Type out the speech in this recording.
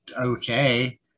okay